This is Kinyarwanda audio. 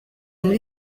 muri